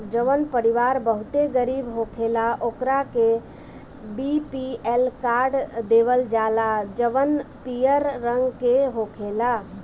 जवन परिवार बहुते गरीब होखेला ओकरा के बी.पी.एल कार्ड देवल जाला जवन पियर रंग के होखेला